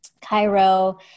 Cairo